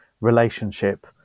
relationship